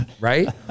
right